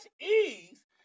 ease